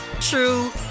true